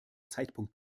zeitpunkt